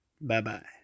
Bye-bye